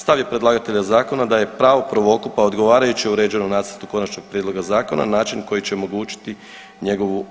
Stav je predlagatelja zakona da je pravo prvokupa odgovarajuće uređeno nacrtom konačnog prijedloga zakona na način koji će omogućiti njegovu zaštitu.